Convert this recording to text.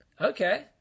Okay